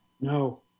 No